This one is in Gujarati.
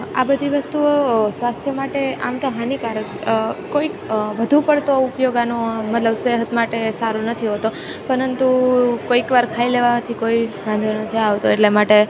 આ બધી વસ્તુઓ સ્વાસ્થ્ય માટે આમતો હાનિકારક કોઈક વધુ પડતો ઉપયોગ આનો મતલબ સેહત માટે સારું નથી હોતો પરંતુ કોઈક વાર ખાઈ લેવાથી કોઈ વાંધો નથી આવતો એટલા માટે